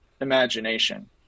imagination